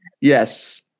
Yes